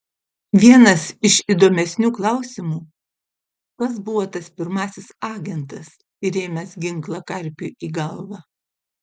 vienas iš įdomesnių klausimų kas buvo tas pirmasis agentas įrėmęs ginklą karpiui į galvą